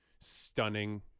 stunning